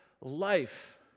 life